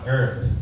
earth